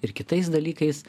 ir kitais dalykais